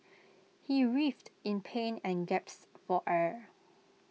he writhed in pain and gasped for air